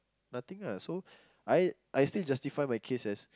nothing lah so I I still justify my case as